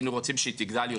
כאיש תקציב וכלכלה,